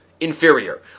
inferior